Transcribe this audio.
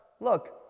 look